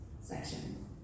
section